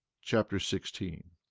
chapter sixteen